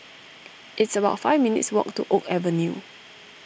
it's about five minutes' walk to Oak Avenue